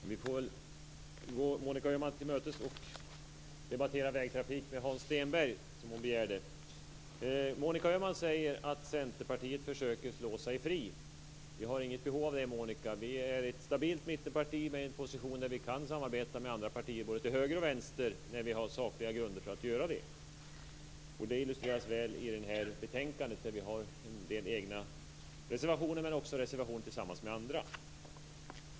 Herr talman! Jag får gå Monica Öhman till mötes och debattera vägtrafik med Hans Stenberg senare. Monica Öhman säger att Centerpartiet försöker att slå sig fritt. Vi har inget behov av det. Vi är ett stabilt mittenparti i en position där vi kan samarbeta med andra partier, både till höger och till vänster, när vi har sakliga grunder för att göra det. Och detta illustreras väl i betänkandet där vi har egna reservationer men också reservationer tillsammans med andra.